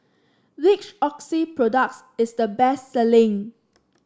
which Oxy product is the best selling